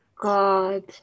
God